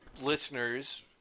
listeners